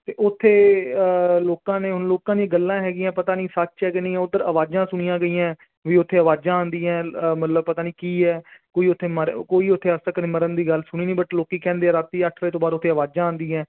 ਅਤੇ ਉੱਥੇ ਲੋਕਾਂ ਨੇ ਹੁਣ ਲੋਕਾਂ ਦੀਆਂ ਗੱਲਾਂ ਹੈਗੀਆਂ ਪਤਾ ਨਹੀਂ ਸੱਚ ਹੈ ਕਿ ਨਹੀਂ ਉਧਰ ਆਵਾਜ਼ਾਂ ਸੁਣੀਆਂ ਗਈਆਂ ਵੀ ਉੱਥੇ ਆਵਾਜ਼ਾਂ ਆਉਂਦੀਆਂ ਮਤਲਬ ਪਤਾ ਨਹੀਂ ਕੀ ਹੈ ਕੋਈ ਉੱਥੇ ਮਰ ਕੋਈ ਉੱਥੇ ਮਰਨ ਦੀ ਗੱਲ ਸੁਣੀ ਨਹੀਂ ਬਟ ਲੋਕ ਕਹਿੰਦੇ ਆ ਰਾਤੀ ਅੱਠ ਵਜੇ ਤੋਂ ਬਾਅਦ ਉਹ ਆਵਾਜ਼ਾਂ ਆਉਂਦੀਆਂ